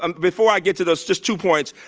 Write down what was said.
um before i get to those, just two points.